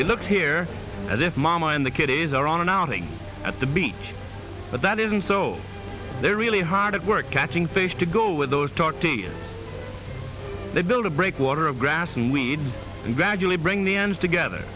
it looks here as if mom and the kid is around an outing at the beach but that isn't so they're really hard at work catching fish to go with those talk to they build a breakwater of grass and weeds and gradually bring the ends together